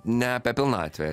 ne apie pilnatvę